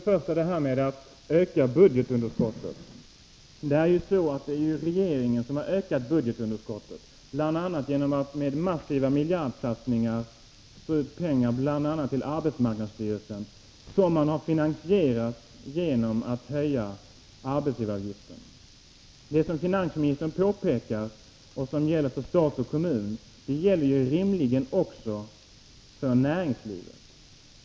Fru talman! Det är ju så att det är regeringen som har ökat budgetunderskottet, bl.a. genom att med massiva miljardsatsningar strö ut pengar till arbetsmarknadsstyrelsen, och det har man finansierat genom att höja arbetsgivaravgiften. Det som finansministern påpekar och som gäller för stat och kommun gäller ju rimligen också för näringslivet.